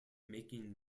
making